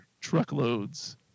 truckloads